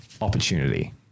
opportunity